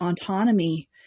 autonomy